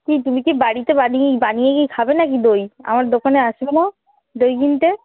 কি তুমি কি বাড়িতে বানিয়ে বানিয়ে কি খাবে নাকি দই আমার দোকানে আসবে না দই কিনতে